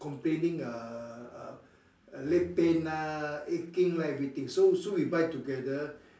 complaining uh uh leg pain lah aching lah everything so so we buy together